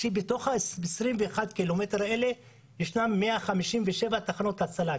בתוך ה-21 ק"מ האלה ישנן 157 תחנות הצלה,